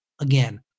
Again